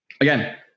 Again